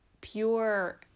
pure